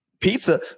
pizza